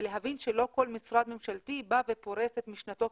ולהבין שלא כל משרד ממשלתי בא ופורש את משנתו,